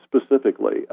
specifically